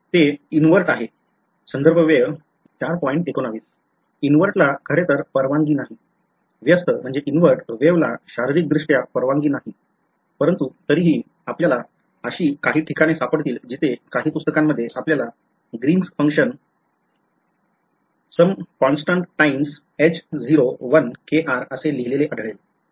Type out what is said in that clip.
विद्यार्थीः हे उलट आहे invert ला खरेतर परवानगी नाही व्यस्त वेव ला शारीरिकदृष्ट्या परवानगी नाही परंतु तरीही आपल्याला अशी काही ठिकाणे सापडतील जिथे काही पुस्तकांमध्ये आपल्याला Green function some constant times असे लिहिलेले आढळेल